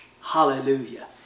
Hallelujah